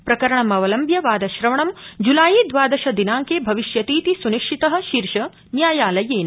प्रकरणमवलम्ब्य वादश्रवणं ज्लाई द्वादश दिनांके भविष्यतीति स्निश्चित शीर्षन्यायालयेन